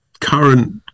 Current